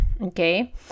okay